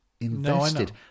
invested